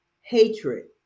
hatred